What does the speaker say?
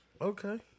Okay